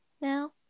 now